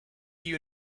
you